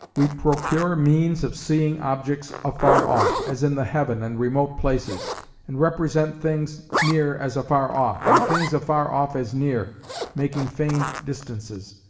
we procure means of seeing objects afar off as in the heaven and remote places and represent things near as afar off and things afar off as near making feigned distances.